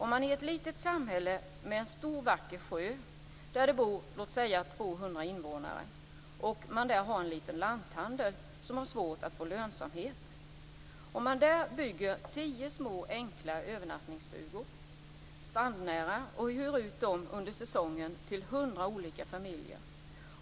I ett litet samhälle med en stor, vacker sjö där det bor 200 invånare och där man har en liten lanthandel som har svårt att få lönsamhet, bygger man tio små, enkla övernattningsstugor strandnära och hyr ut dem under säsongen till 100 olika familjer.